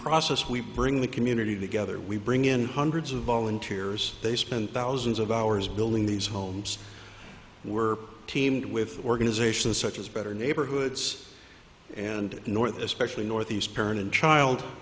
process we bring the community together we bring in hundreds of volunteers they spend thousands of hours building these homes were teamed with organizations such as better neighborhoods and north especially north east parent and child